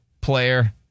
player